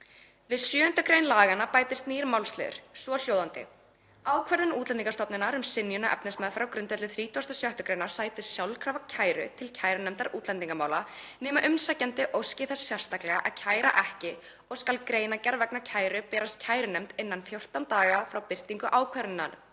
„Við 7. gr. laganna bætist nýr málsliður, svohljóðandi: Ákvörðun Útlendingastofnunar um synjun á efnismeðferð á grundvelli 36. gr. sætir sjálfkrafa kæru til kærunefndar útlendingamála nema umsækjandi óski þess sérstaklega að kæra ekki og skal greinargerð vegna kæru berast kærunefnd innan 14 daga frá birtingu ákvörðunarinnar.“